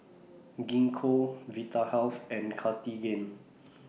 Gingko Vitahealth and Cartigain